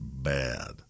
bad